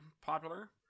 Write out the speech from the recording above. popular